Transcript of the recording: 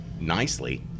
nicely